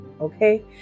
okay